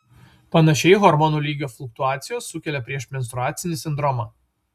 panašiai hormonų lygio fluktuacijos sukelia priešmenstruacinį sindromą